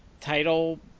title